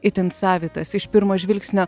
itin savitas iš pirmo žvilgsnio